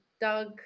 Doug